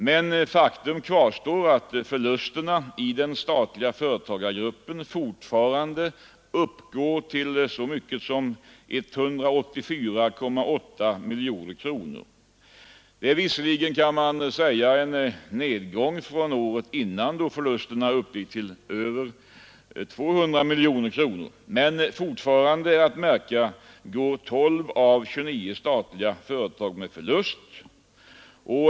Men faktum kvarstår att förlusterna i den statliga företagargruppen fortfarande uppgår till så mycket som 184,8 miljoner kronor. Det är visserligen en nedgång från året innan, då förlusterna uppgick till drygt 200 miljoner kronor, men fortfarande är att märka att 12 av 29 statliga företag går med förlust.